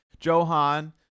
Johan